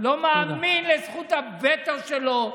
לא מאמין לזכות הווטו שלו.